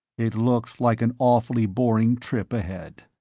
it looked like an awfully boring trip ahead.